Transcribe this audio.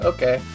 Okay